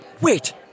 Wait